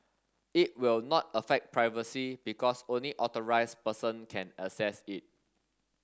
it will not affect privacy because only authorised person can access it